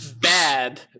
Bad